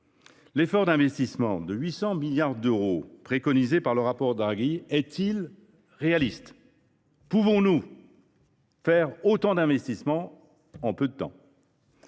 l’effort d’investissement de 800 milliards d’euros préconisé dans le rapport Draghi est il réaliste ? Pouvons nous consentir autant d’investissements en si peu de temps ?